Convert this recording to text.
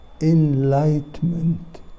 enlightenment